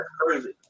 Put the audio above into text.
crazy